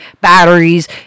batteries